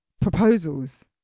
proposals